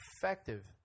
effective